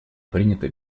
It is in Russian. принято